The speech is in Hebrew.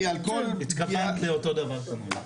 התכוונת לאותו דבר כנראה.